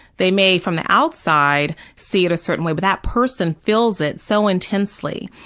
they may, from the outside, see it a certain way, but that person feels it so intensely,